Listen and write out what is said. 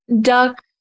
Duck